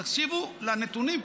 תקשיבו לנתונים,